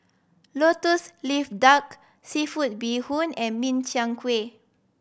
Lotus Leaf Duck seafood bee hoon and Min Chiang Kueh